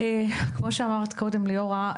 כמו שאמרה קודם ליאורה,